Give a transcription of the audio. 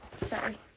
sorry